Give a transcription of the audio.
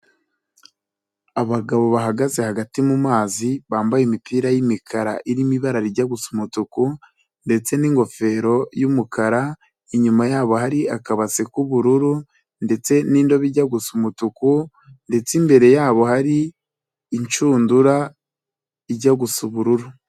Abagabo bahagaze hagati mumazi, bambaye imipira y'imikara irimo ibara rijya gu gusa umutuku, ndetse n'ingofero y'umukara, inyuma yabo hari akabase k'ubururu, ndetse n'indobo bijya gusa umutuku, ndetse imbere yabo hari inshundura ijya gusa ubururu.